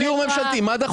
ממשלתי?